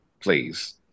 please